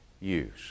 use